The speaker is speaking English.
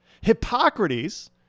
Hippocrates